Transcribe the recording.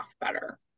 better